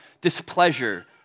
displeasure